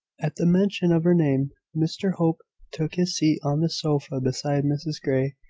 at the mention of her name mr hope took his seat on the sofa beside mrs grey,